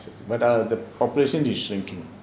but err the population is shrinking